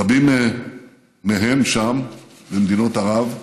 רבים מהם שם, במדינות ערב,